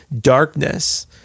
darkness